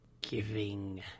giving